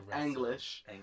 English